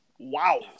Wow